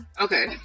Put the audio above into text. Okay